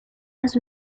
las